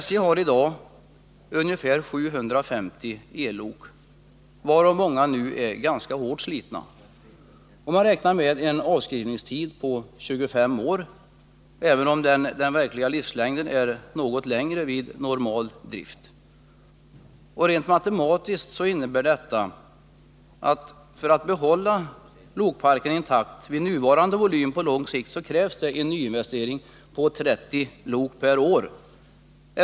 SJ har i dag ungefär 750 ellok, varav många nu är ganska hårt slitna. Man räknar med en avskrivningstid av 25 år, även om den verkliga livslängden är något längre vid normal drift. Rent matematiskt innebär detta att det för att man på längre sikt skall kunna hålla lokparken intakt vid nuvarande volym krävs en nyinvestering på 30 lok per år.